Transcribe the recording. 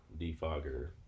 defogger